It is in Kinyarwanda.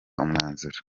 umwanzuro